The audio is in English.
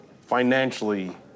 financially